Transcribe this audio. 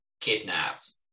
kidnapped